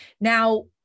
Now